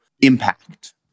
impact